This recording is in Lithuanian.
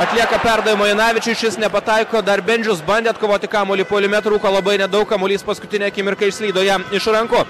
atlieka perdavimą janavičius šis nepataiko dar bendžius bandė atkovoti kamuolį puolime trūko labai nedaug kamuolys paskutinę akimirką išslydo jam iš rankų